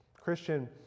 Christian